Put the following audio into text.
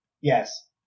yes